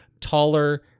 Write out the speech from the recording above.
taller